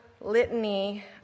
litany